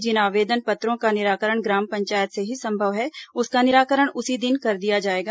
जिन आवेदन पत्रों का निराकरण ग्राम पंचायत से ही संभव है उसका निराकरण उसी दिन कर दिया जाएगा